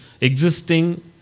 existing